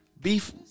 Beef